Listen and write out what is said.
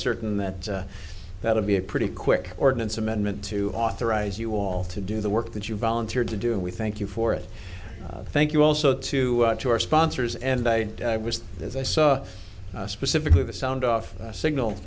certain that that would be a pretty quick ordinance amendment to authorize you all to do the work that you volunteered to do and we thank you for it thank you also to your sponsors and i was as i saw specifically the sound off a signal